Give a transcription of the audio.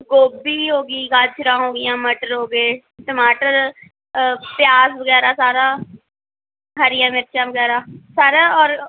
ਗੋਭੀ ਹੋ ਗਈ ਗਾਜਰਾਂ ਹੋ ਗਈਆਂ ਮਟਰ ਹੋ ਗਏ ਟਮਾਟਰ ਪਿਆਜ਼ ਵਗੈਰਾ ਸਾਰਾ ਹਰੀਆਂ ਮਿਰਚਾਂ ਵਗੈਰਾ ਸਾਰਾ ਔਰ